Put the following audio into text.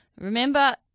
Remember